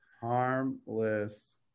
Harmless